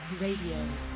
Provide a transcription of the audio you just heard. Radio